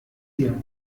dir